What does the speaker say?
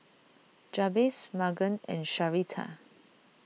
Jabez Magen and Sharita